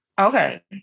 Okay